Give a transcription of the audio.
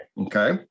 okay